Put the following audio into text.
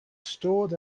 stored